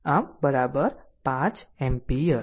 આમ 5 એમ્પીયર